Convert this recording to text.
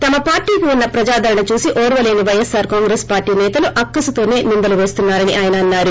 తమ పార్టీకి ఉన్న ప్రజాదరణ చూసి ఓర్వలేని పైఎస్సార్ కాంగ్రెస్ పార్టీ సేతలు అక్కసుతోసే నిందలు పేస్తున్నారని అన్నారు